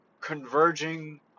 converging